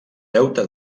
deute